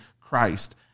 Christ